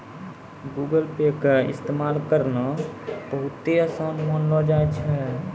Google Pay के इस्तेमाल करनाय बहुते असान मानलो जाय छै